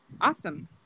Awesome